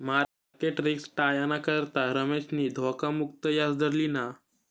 market risk टायाना करता रमेशनी धोखा मुक्त याजदर लिना